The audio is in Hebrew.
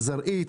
זרעית,